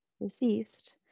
deceased